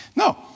No